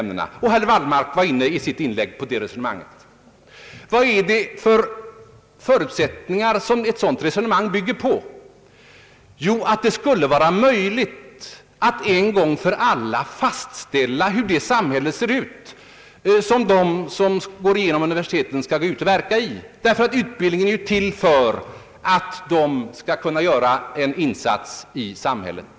Herr Wallmark var i sitt inlägg inne på detta resonemang. Vilka förutsättningar är det ett sådant resonemang bygger på? Jo, att det skulle vara möjligt att en gång för alla fastställa hur det samhälle ser ut som de vilka fullföljer universitetsstudier skall ut och verka i, därför att utbildningen ju är till för att de skall göra en insats i samhället.